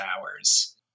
hours